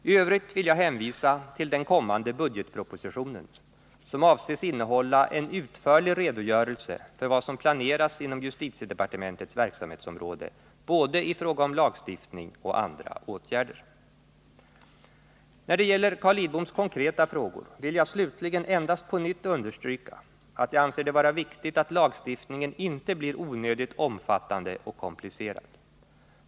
IT övrigt vill jag hänvisa till den kommande budgetpropositionen, som avses innehålla en utförlig redogörelse för vad som planeras inom justitiedepartementets verksamhetsområde i fråga om både lagstiftning och andra åtgärder. När det gäller Carl Lidboms konkreta frågor vill jag slutligen endast på nytt understryka att jag anser det vara viktigt att lagstiftningen inte blir onödigt omfattande och komplicerad.